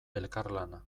elkarlana